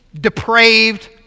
depraved